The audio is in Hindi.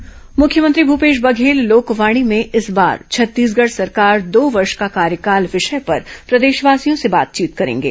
लोकवाणी मुख्यमंत्री भूपेश बघेल लोकवाणी में इस बार छत्तीसगढ़ सरकार दो वर्ष का कार्यकाल विषय पर प्रदेशवासियों से बात करेंगे